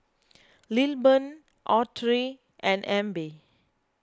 Lilburn Autry and Abbie